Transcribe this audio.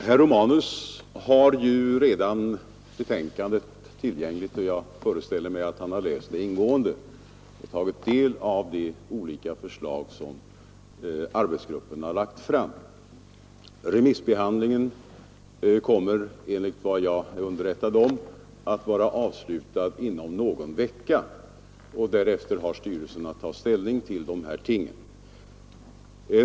Herr talman! Herr Romanus har ju redan betänkandet tillgängligt, och jag föreställer mig att han har läst det ingående och tagit del av de olika förslag som arbetsgruppen har lagt fram. Remissbehandlingen kommer enligt vad jag är underrättad om att vara avslutad inom någon vecka, och därefter har styrelsen att ta ställning till dessa frågor.